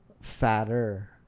fatter